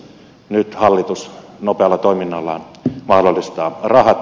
nyt hallitus nopealla toiminnallaan mahdollistaa rahat